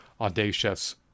audacious